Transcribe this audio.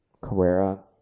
Carrera